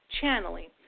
channeling